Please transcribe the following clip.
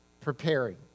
Preparing